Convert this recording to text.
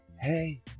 Hey